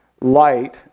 light